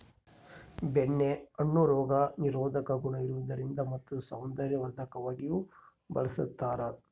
ಬೆಣ್ಣೆ ಹಣ್ಣು ರೋಗ ನಿರೋಧಕ ಗುಣ ಇರುವುದರಿಂದ ಮತ್ತು ಸೌಂದರ್ಯವರ್ಧಕವಾಗಿಯೂ ಬಳಸ್ತಾರ